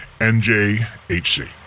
NJHC